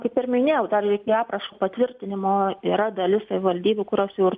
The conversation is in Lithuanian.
kaip ir minėjaudar iki aprašo patvirtinimo yra dalis savivaldybių kurios jau ir